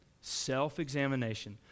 Self-examination